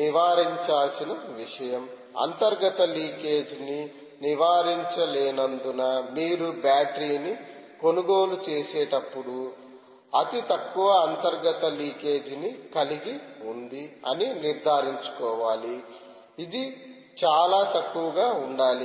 నివారించాల్సిన విషయం అంతర్గత లీకేజీని నివారించ లేనందున మీరు బ్యాటరీ ని కొనుగోలు చేసేటప్పుడు అతి తక్కువ అంతర్గత లీకేజీని కలిగి ఉంది అని నిర్ధారించుకోవాలి ఇది చాలా తక్కువగా ఉండాలి